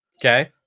Okay